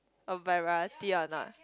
a variety or not